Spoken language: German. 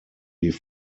die